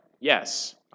Yes